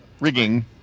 rigging